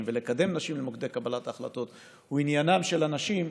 ולקדם נשים במוקדי קבלת ההחלטות הוא עניינן של הנשים,